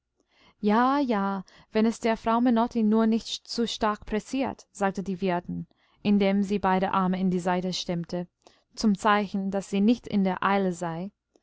ja ja wenn es der frau menotti nur nicht zu stark pressiert sagte die wirtin indem sie beide arme in die seite stemmte zum zeichen daß sie nicht in der eile sei